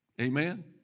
Amen